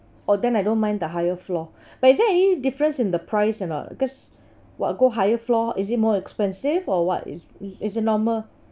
oh then I don't mind the higher floor but is there any difference in the price or not cause while go higher floor is it more expensive or what is is the normal